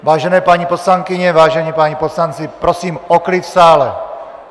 Vážené paní poslankyně, vážení páni poslanci, prosím o klid v sále.